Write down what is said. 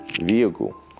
vehicle